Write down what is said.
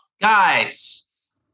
Guys